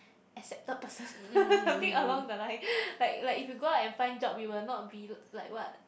accepted person something along the line like like if you go out and find job you will not be like what